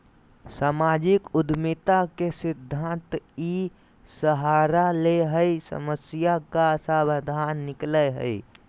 सामाजिक उद्यमिता के सिद्धान्त इ सहारा ले हइ समस्या का समाधान निकलैय हइ